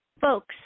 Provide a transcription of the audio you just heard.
folks